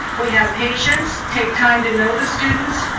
we have patience, take time to know the students,